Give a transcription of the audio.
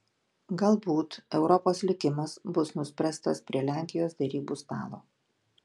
galbūt europos likimas bus nuspręstas prie lenkijos derybų stalo